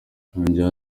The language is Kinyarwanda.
yongeyeho